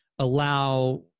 allow